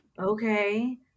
okay